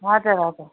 हजुर हजुर